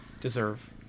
deserve